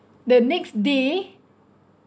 the next day